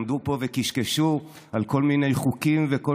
שעמדו פה וקשקשו על כל מיני חוקים וכל